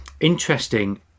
Interesting